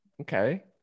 Okay